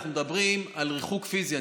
אנחנו מדברים על ריחוק פיזי,